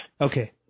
Okay